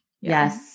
Yes